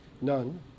none